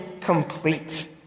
complete